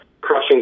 crushing